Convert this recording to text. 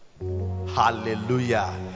Hallelujah